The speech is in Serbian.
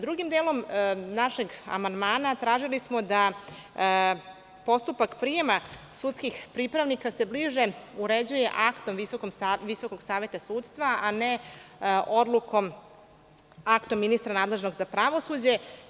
Drugim delom našeg amandmana tražili smo da se postupak prijema sudskih pripravnika bliže uređuje aktom Visokog saveta sudstva, a ne aktom ministra nadležnog za pravosuđe.